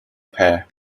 pair